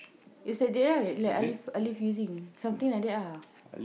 is that time Alif Alif using something like that ah